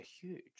huge